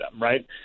Right